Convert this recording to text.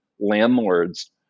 landlords